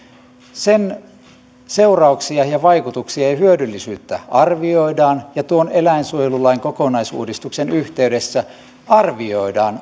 seurauksia ja vaikutuksia ja hyödyllisyyttä arvioidaan ja tuon eläinsuojelulain kokonaisuudistuksen yhteydessä arvioidaan